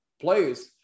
players